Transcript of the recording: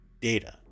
data